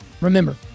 Remember